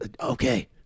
Okay